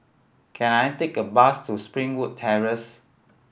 can I take a bus to Springwood Terrace